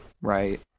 Right